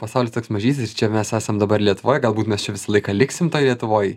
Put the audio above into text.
pasaulis toks mažytis čia mes esam dabar lietuvoj galbūt mes čia visą laiką liksim toj lietuvoj